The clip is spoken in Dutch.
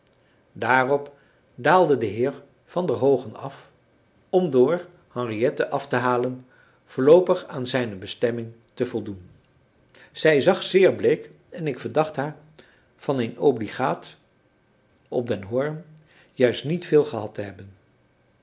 daarop daalde de heer van der hoogen af om door henriette af te halen voorloopig aan zijne bestemming te voldoen zij zag zeer bleek en ik verdacht haar van aan het obligaat op den hoorn juist niet veel gehad te hebben